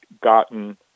gotten